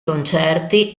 concerti